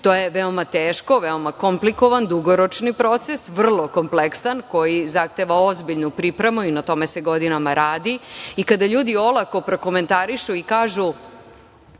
To je veoma teško, veoma komplikovan, dugoročni proces, vrlo kompleksan, koji zahteva ozbiljnu pripremu i na tome se godinama radi. Kada ljudi olako prokomentarišu i kažu